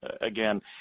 again